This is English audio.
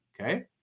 Okay